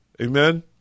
Amen